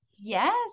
Yes